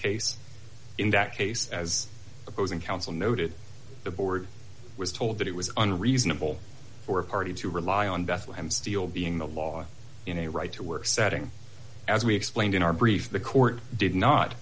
case in that case as opposing counsel noted the board was told that it was unreasonable for a party to rely on bethlehem steel being the law in a right to work setting as we explained in our brief the court did not